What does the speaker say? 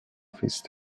face